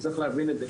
צריך להבין את זה.